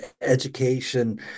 education